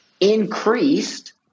increased